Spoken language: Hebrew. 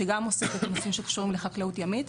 שגם עוסקת בנושאים שקשורים לחקלאות ימית.